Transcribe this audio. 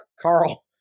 Carl